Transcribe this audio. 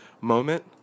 moment